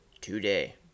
today